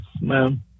ma'am